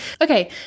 Okay